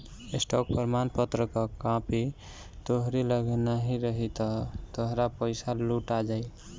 stock प्रमाणपत्र कअ copy तोहरी लगे नाही रही तअ तोहार पईसा लुटा जाई